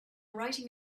writing